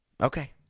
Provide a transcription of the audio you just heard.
Okay